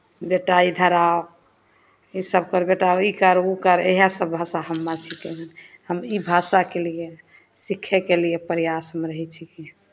बेटा इधर आ ईसभ कर बेटा ई कर ओ कर इएहसभ भाषा हम्मर छिकै हम ई भाषाके लिए सिखयके लिए प्रयासमे रहै छिकै